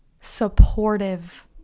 supportive